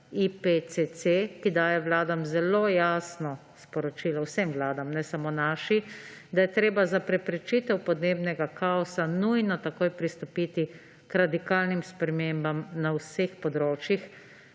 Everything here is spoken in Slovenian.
IPCC, ki daje vladam zelo jasno sporočilo, vsem vladam, ne samo naši, da je treba za preprečitev podnebnega kaosa nujno takoj pristopiti k radikalnim spremembam na vseh področjih